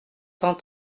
cent